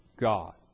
God